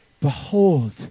Behold